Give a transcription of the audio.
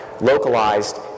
localized